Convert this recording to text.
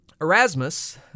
Erasmus